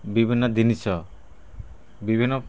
ବିଭିନ୍ନ ଜିନିଷ ବିଭିନ୍ନ